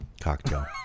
cocktail